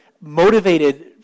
motivated